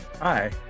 Hi